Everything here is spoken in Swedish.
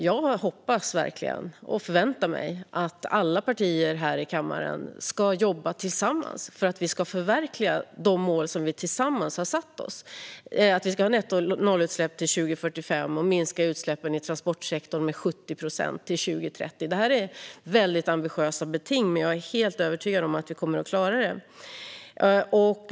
Jag hoppas och förväntar mig att alla partier i kammaren ska jobba tillsammans för att förverkliga de mål som vi tillsammans har satt upp: att vi ska ha nettonollutsläpp till 2045 och minska utsläppen i transportsektorn med 70 procent till 2030. Det är mycket ambitiösa beting, men jag är helt övertygad om att vi kommer att klara dem.